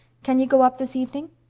can you go up this evening?